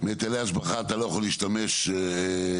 בהיטלי השבחה אתה לא יכול להשתמש בשוטף.